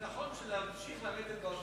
נכון שלהמשיך לרדת בהוצאה,